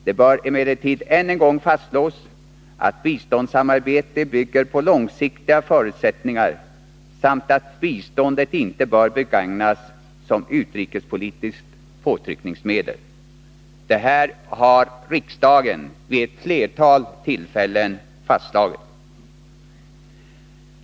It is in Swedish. Det bör emellertid än en gång fastslås att biståndssamarbete bygger på långsiktiga förutsättningar samt att biståndet inte bör begagnas som utrikespolitiskt påtryckningsmedel. Detta har riksdagen vid ett flertal tillfällen fastslagit.